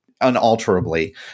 unalterably